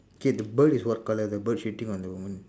okay the bird is what colour the bird shitting on the woman